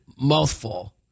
mouthful